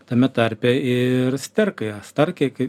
tame tarpe ir sterkai starkiai kai